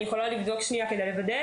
אני יכולה לבדוק ולוודא.